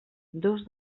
dos